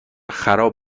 خراب